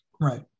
right